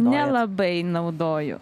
nelabai naudoju